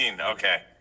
okay